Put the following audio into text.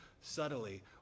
subtly